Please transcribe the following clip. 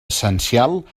essencial